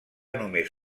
només